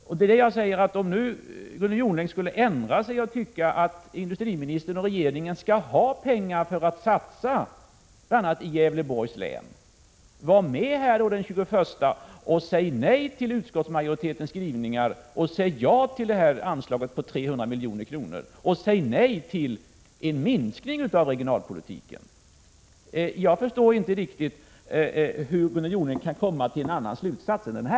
Om Gunnel Jonäng har ändrat sig och tycker att industriministern och regeringen skall ha pengar för att satsa bl.a. i Gävleborgs län, var då med den 21 maj och säg nej till utskottsmajoritetens skrivning och säg ja till anslaget på 300 milj.kr. Säg nej till en minskning av regionalpolitiken! Jag förstår inte riktigt hur Gunnel Jonäng kan komma till en annan slutsats än denna.